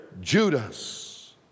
Judas